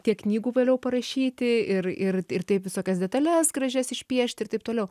tiek knygų vėliau parašyti ir ir ir taip visokias detales gražias išpiešti ir taip toliau